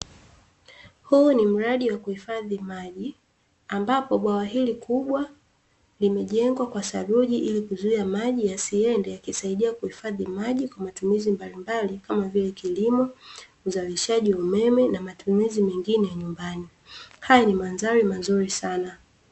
Huu ni mradi wa kuhifadhi maji, ambapo bwawa hili kubwa limejengwa kwa saruji ili kuzuia maji yasiende, yakisaidia kuhifadhi maji kwa matumizi mbalimbali kama vile: kilimo, uzalishaji wa umeme, na matumizi mengine ya nyumbani; haya ni mandhari mazuri sana.